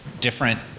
different